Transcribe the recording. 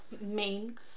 main